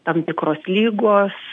tam tikros ligos